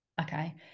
Okay